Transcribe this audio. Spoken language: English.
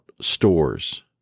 stores